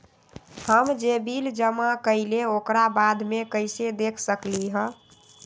हम जे बिल जमा करईले ओकरा बाद में कैसे देख सकलि ह?